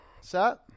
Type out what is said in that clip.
Set